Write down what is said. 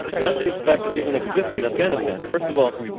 none of these factors even exist in afghanistan. first of all,